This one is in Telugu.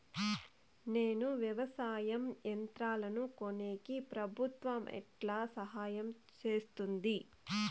నేను వ్యవసాయం యంత్రాలను కొనేకి ప్రభుత్వ ఎట్లా సహాయం చేస్తుంది?